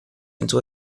into